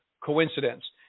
coincidence